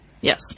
Yes